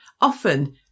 often